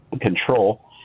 control